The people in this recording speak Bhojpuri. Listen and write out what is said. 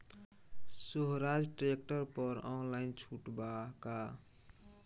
सोहराज ट्रैक्टर पर ऑनलाइन छूट बा का?